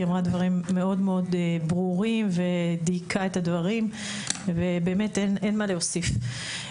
אמרה דברים מאוד מאוד ברורים ודייקה את הדברים ולכן אין מה להוסיף.